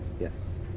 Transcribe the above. Yes